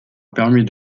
permis